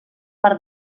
per